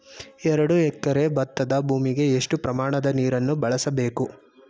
ಎರಡು ಎಕರೆ ಭತ್ತದ ಭೂಮಿಗೆ ಎಷ್ಟು ಪ್ರಮಾಣದ ನೀರನ್ನು ಬಳಸಬೇಕು?